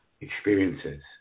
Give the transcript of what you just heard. experiences